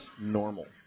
normal